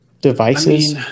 devices